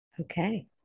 Okay